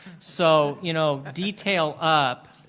so you know, detail up,